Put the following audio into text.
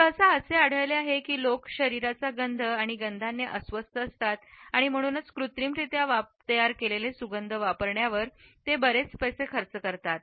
सहसा असे आढळले आहे की लोक शरीराच्या गंध आणि गंधाने अस्वस्थ असतात आणि म्हणूनच कृत्रिमरित्या तयार केलेले सुगंध वापरण्यावर ते बरेच पैसे खर्च करतात